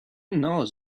knows